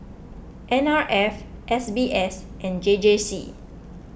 N R F S B S and J J C